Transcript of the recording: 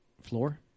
floor